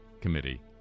committee